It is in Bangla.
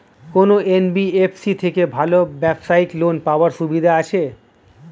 কোন এন.বি.এফ.সি থেকে ভালো ব্যবসায়িক লোন পাওয়ার সুবিধা আছে?